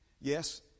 yes